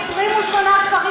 איזה אומץ יש לכם?